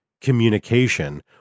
communication